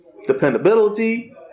dependability